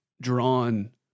drawn